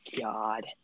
god